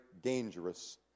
dangerous